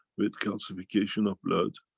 with calcification of blood,